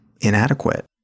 inadequate